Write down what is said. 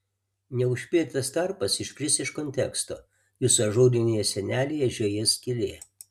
neužpildytas tarpas iškris iš konteksto jūsų ažūrinėje sienelėje žiojės skylė